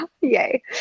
Yay